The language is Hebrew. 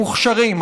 המוכשרים,